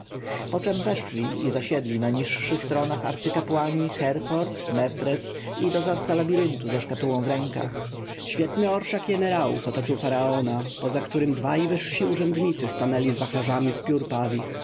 poczem weszli i zasiedli na niższych tronach arcykapłani herhor mefres i dozorca labiryntu ze szkatułką w rękach świetny orszak jenerałów otoczył faraona poza którym dwaj wyżsi urzędnicy stanęli z wachlarzami